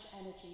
energy